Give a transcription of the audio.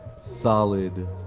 solid